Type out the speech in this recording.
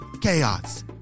chaos